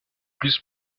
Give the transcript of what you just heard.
plus